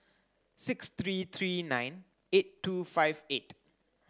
six three three nine eight two five eight